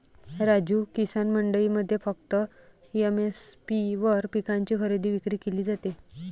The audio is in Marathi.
राजू, किसान मंडईमध्ये फक्त एम.एस.पी वर पिकांची खरेदी विक्री केली जाते